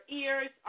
ears